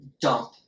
dump